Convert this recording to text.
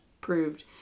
proved